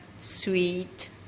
sweet